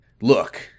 Look